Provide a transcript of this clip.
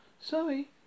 Sorry